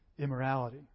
Immorality